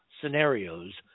scenarios